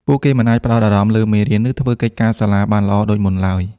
ពួកគេមិនអាចផ្តោតអារម្មណ៍លើមេរៀន ឬធ្វើកិច្ចការសាលាបានល្អដូចមុនឡើយ។